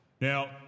Now